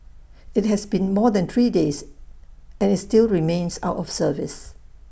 IT has been more than three days and is still remains out of service